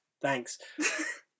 Thanks